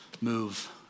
move